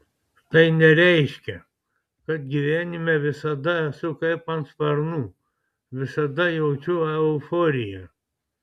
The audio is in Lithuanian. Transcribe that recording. tai nereiškia kad gyvenime visada esu kaip ant sparnų visada jaučiu euforiją